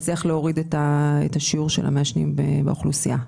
נצליח להוריד את שיעור המעשנים באוכלוסייה.